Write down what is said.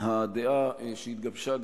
הדעה שהתגבשה,